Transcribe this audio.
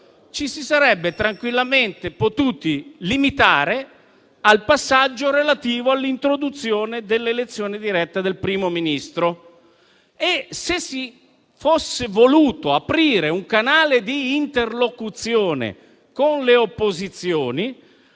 ci si sarebbe tranquillamente potuti limitare al passaggio relativo all'introduzione dell'elezione diretta del Primo Ministro. E se si fosse voluto aprire un canale di interlocuzione con le opposizioni